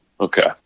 Okay